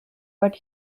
but